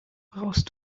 brauchst